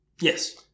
Yes